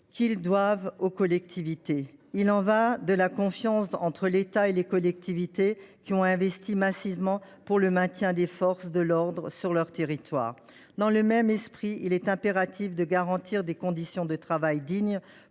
retard dus aux collectivités. Il y va de la confiance entre l’État et les collectivités, qui ont investi massivement pour le maintien des forces de l’ordre sur leur territoire. Dans un même esprit, il est impératif de garantir à nos forces de l’ordre des